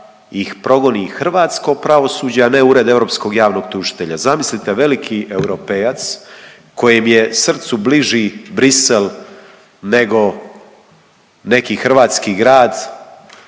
ih progoni hrvatsko pravosuđe, a ne Ured europskog javnog tužitelja, zamislite veliki europejac kojem je srcu bliži Bruxselles nego neki hrvatski grad,